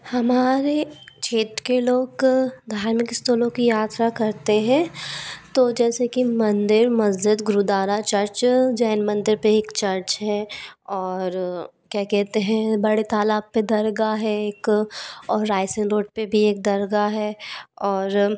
हमारे क्षेत्र के लोग धार्मिक स्थलों की यात्रा करते हैं तो जैसे कि मंदिर मस्जिद गुरुदारा चर्च जैन मंदिर पर एक चर्च है और क्या कहते हैं बड़े तालाब पर दरगाह है एक और रायसेन रोड पर भी एक दरगाह है और